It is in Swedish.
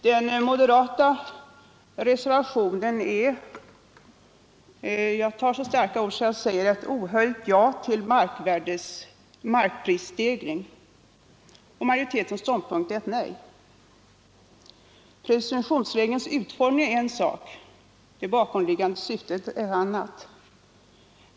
Den moderata reservationen är ett ohöljt ja — jag tar till så starka ord att jag säger ohöljt — till markprisstegring, och majoritetens ståndpunkt är ett nej. Presumtionsregelns utformning är en sak, det bakomliggande syftet ett annat.